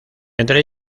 entre